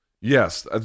Yes